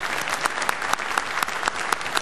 כפיים)